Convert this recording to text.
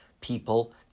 people